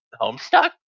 Homestuck